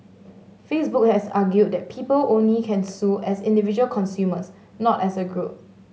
Facebook has argued that people only can sue as individual consumers not as a group